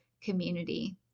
community